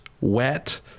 wet